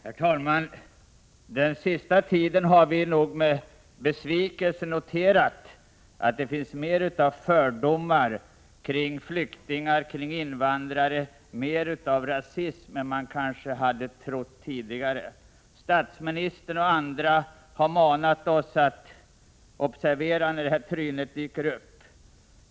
Herr talman! Under den senaste tiden har vi med besvikelse tvingats notera att det finns mer av fördomar mot flyktingar och invandrare och mer av rasism än man kanske hade trott tidigare. Statsministern och andra har manat oss att observera när sådant tryne dyker upp.